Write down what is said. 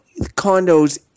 condos